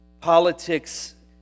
politics